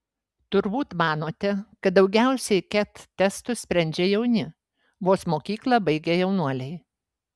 turbūt manote kad daugiausiai ket testus sprendžia jauni vos mokyklą baigę jaunuoliai